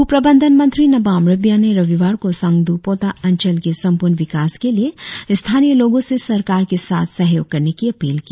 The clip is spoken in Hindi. भू प्रबंधन मंत्री नाबम रिबिया ने रविवार को सांगद्रपोता अंचल के संप्रर्ण विकास के लिए स्थानीय लोगों से सरकार के साथ सहयोग करने की अपील की